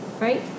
right